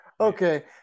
Okay